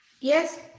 Yes